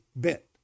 bit